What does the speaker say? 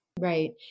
Right